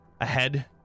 ahead